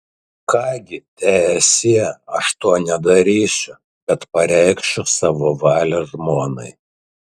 ką gi teesie aš to nedarysiu bet pareikšiu savo valią žmonai